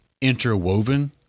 interwoven